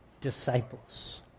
disciples